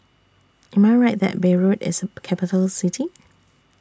Am I Right that Beirut IS A Capital City